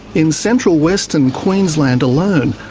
in central western queensland alone,